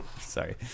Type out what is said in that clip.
sorry